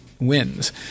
wins